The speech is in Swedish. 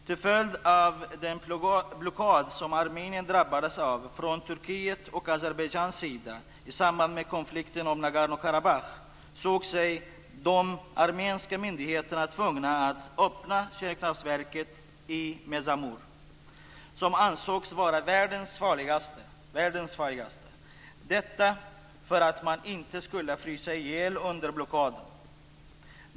Till följd av den blockad som Armenien drabbades av från Turkiets och Azerbajdzjans sida i samband med konflikten om Nagorno-Karabach såg sig de armeniska myndigheterna tvungna att öppna kärnkraftverket i Medzamor, som ansågs vara världens farligaste, för att man inte skulle frysa ihjäl under blockaden.